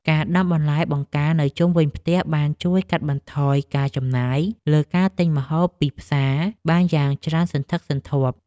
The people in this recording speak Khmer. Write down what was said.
ការដាំបន្លែបង្ការនៅជុំវិញផ្ទះបានជួយកាត់បន្ថយការចំណាយលើការទិញម្ហូបពីផ្សារបានយ៉ាងច្រើនសន្ធឹកសន្ធាប់។